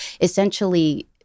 essentially